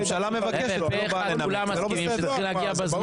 אנחנו גם לא מסכימים עם הדבר הזה שנציגי ממשלה לא מגיעים בזמן.